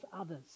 others